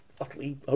utterly